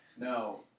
No